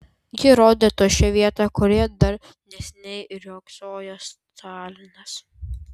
ji rodė tuščią vietą kurioje dar neseniai riogsojo stalinas